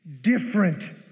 different